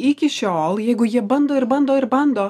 iki šiol jeigu jie bando ir bando ir bando